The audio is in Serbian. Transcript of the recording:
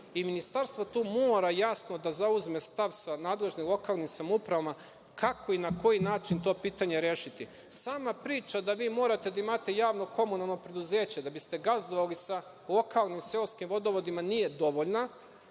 I Ministarstvo tu mora jasno da zauzme stav sa nadležnim lokalnim samoupravama kako i na koji način to pitanje rešiti. Sama priča da vi morate da imate javno-komunalno preduzeće da biste gazdovali sa lokalnim seoskim vodovodima nije dovoljna.